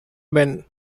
ben